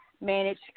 manage